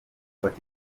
bati